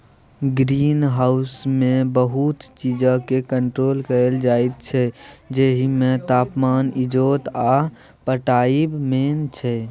green हाउसमे बहुत चीजकेँ कंट्रोल कएल जाइत छै जाहिमे तापमान, इजोत आ पटाएब मेन छै